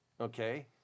Okay